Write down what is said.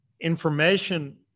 information